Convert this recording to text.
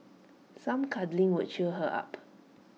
some cuddling would cheer her up